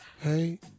hey